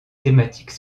thématique